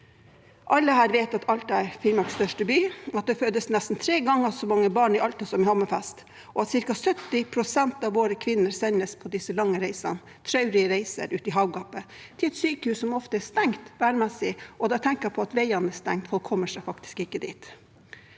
Alle her vet at Alta er Finnmarks største by, at det fødes nesten tre ganger så mange barn i Alta som i Hammerfest, og at ca. 70 pst. av våre kvinner sendes på disse lange reisene – traurige reiser ute i havgapet – til et sykehus som ofte er stengt værmessig. Da tenker jeg på at veiene er stengt, man kommer seg faktisk ikke dit.